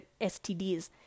STDs